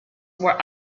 were